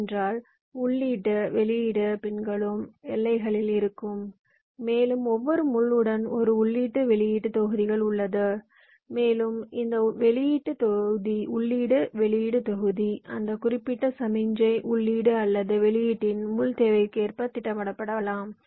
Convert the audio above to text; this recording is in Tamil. ஏனென்றால் உள்ளீட்டு வெளியீட்டு பின்களும் எல்லைகளில் இருக்கும் மேலும் ஒவ்வொரு முள் உடன் ஒரு உள்ளீட்டு வெளியீட்டுத் தொகுதி உள்ளது மேலும் இந்த உள்ளீட்டு வெளியீட்டுத் தொகுதி அந்த குறிப்பிட்ட சமிக்ஞை உள்ளீடு அல்லது வெளியீட்டின் முள் தேவைக்கேற்ப திட்டமிடப்படலாம்